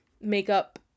makeup